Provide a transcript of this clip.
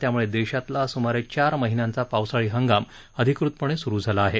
त्यामुळे देशातला सुमारे चार महिन्यांचा पावसाळी हंगाम अधिकतपणे सुरू झाला आहे